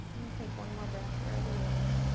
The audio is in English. then take one more breath wherever you are.